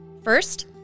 First